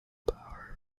power